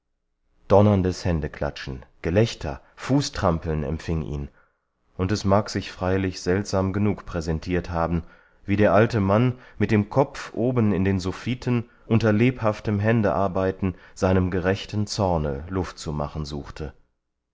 donnerndes händeklatschen gelächter fußtrampeln empfing ihn und es mag sich freilich seltsam genug präsentiert haben wie der alte mann mit dem kopf oben in den suffiten unter lebhaftem händearbeiten seinem gerechten zorne luft zu machen suchte